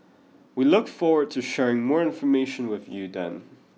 we look forward to sharing more information with you then